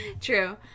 True